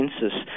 census